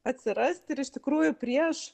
atsirasti ir iš tikrųjų prieš